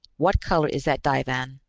what color is that divan?